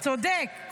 צודק.